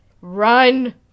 run